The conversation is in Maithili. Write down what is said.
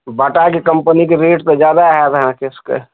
बाटाके कम्पनीके रेट तऽ जादा हैत अहाँ सबके